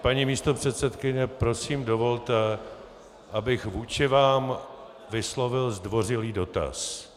Paní místopředsedkyně, prosím dovolte, abych vůči vám vyslovil zdvořilý dotaz.